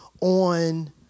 on